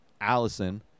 Allison